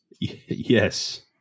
Yes